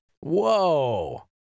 Whoa